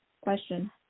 question